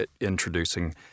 introducing